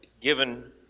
given